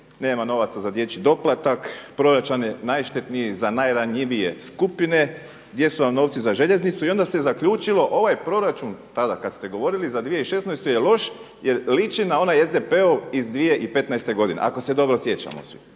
nema novaca za dječji doplatak, proračun je najštetniji za najranjivije skupine. Gdje su vam novci za željeznicu? I onda se zaključilo ovaj proračun tada kad ste govorili za 2016. je loš jer liči na onaj SDP-ov iz 2015. godine ako se dobro sjećamo svi.